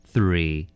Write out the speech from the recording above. Three